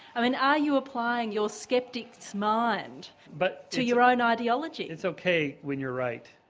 i mean are you applying your skeptic's mind but to your own ideology? it's okay when you're right.